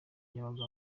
yabagamo